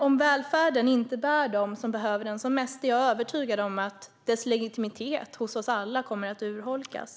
Om välfärden inte bär dem som behöver den som mest är jag övertygad om att dess legitimitet hos oss alla kommer att urholkas.